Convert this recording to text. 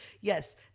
Yes